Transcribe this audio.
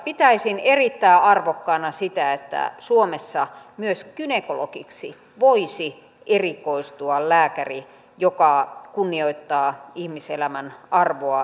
pitäisin erittäin arvokkaana sitä että suomessa myös gynekologiksi voisi erikoistua lääkäri joka kunnioittaa ihmiselämän arvoa hedelmöittymisestä lähtien